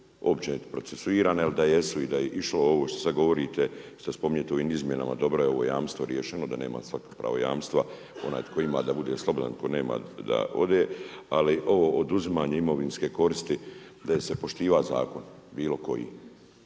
jel da jesu i da je išlo ovo što sada govorite, što sada spominjete u izmjenama dobro je ovo jamstvo riješeno da nema svako pravo jamstva, onaj tko ima da bude sloboda, tko nema da ode, ali ovo oduzimanje imovinske koristi da je se poštivao zakon bilo koji